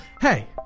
Hey